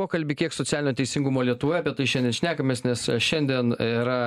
pokalbį kiek socialinio teisingumo lietuvoje apie tai šiandien šnekamės nes šiandien yra